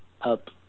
up